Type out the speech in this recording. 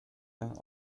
ein